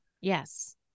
Yes